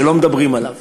שלא מדברים עליו.